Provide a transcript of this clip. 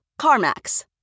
CarMax